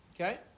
Okay